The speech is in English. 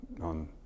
on